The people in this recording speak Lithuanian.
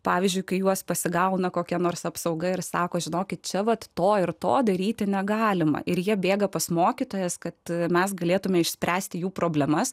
pavyzdžiui kai juos pasigauna kokia nors apsauga ir sako žinokit čia vat to ir to daryti negalima ir jie bėga pas mokytojas kad mes galėtumėme išspręsti jų problemas